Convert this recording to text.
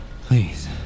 Please